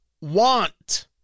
want